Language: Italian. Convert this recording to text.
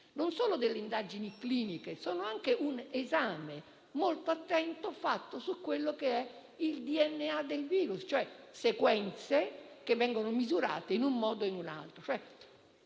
Non sono delle indagini cliniche, sono anche un esame molto attento fatto sul DNA del virus, cioè sequenze che vengono misurate in un modo o in un altro.